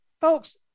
Folks